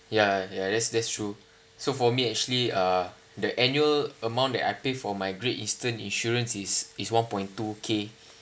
yeah yeah that's that's true so for me actually uh the annual amount that I pay for my Great Eastern insurance is one point two K